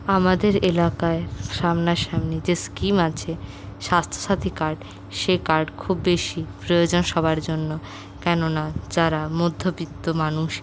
আমাদের এলাকায় সামনাসামনি যে স্কিম আছে স্বাস্থ্যসাথী কার্ড সেই কার্ড খুব বেশি প্রয়োজন সবার জন্য কেননা যারা মধ্যবিত্ত মানুষ